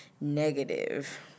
negative